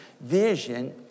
vision